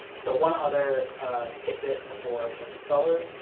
so one other tidbit before moving forward.